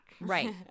right